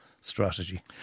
strategy